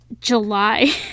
July